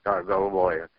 ką galvojat